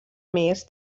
més